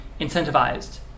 incentivized